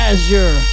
Azure